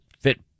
fit